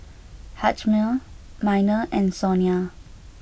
Hjalmer Minor and Sonia